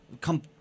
come